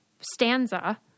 stanza